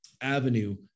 avenue